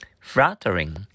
Flattering